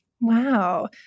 Wow